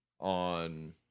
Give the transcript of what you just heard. on